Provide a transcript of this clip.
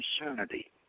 insanity